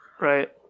Right